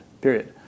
period